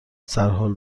سرحال